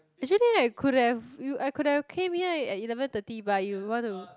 actually like could've have you I could've have came here at eleven thirty but you want to